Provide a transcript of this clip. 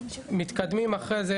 מתקדמים אחרי זה,